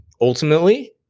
Ultimately